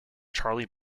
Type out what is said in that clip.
charlie